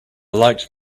liked